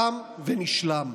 תם ונשלם.